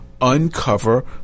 uncover